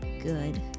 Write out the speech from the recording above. Good